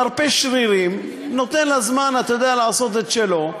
מרפה שרירים, נותן לזמן, אתה יודע, לעשות את שלו.